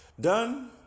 Done